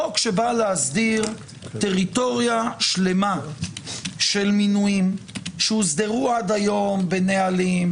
חוק שבא להסדיר טריטוריה שלמה של מינויים שהוסדרו עד היום בנהלים,